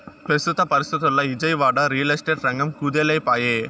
పెస్తుత పరిస్తితుల్ల Vijayawada, real estate రంగం కుదేలై పాయె